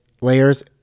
layers